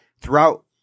throughout